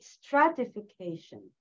stratification